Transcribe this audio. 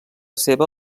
seva